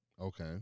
Okay